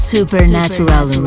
Supernatural